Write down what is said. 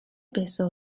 байсан